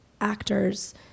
actors